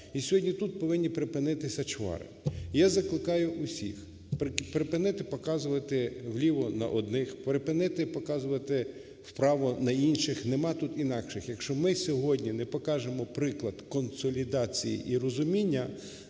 і сьогодні тут повинні припинитися чвари. І я закликаю усіх припинити показувати вліво на одних, припинити показувати вправо на інших, нема тут інакших. Якщо ми сьогодні не покажемо приклад консолідації і розуміння,